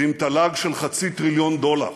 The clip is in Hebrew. ועם תל"ג של חצי טריליון דולר.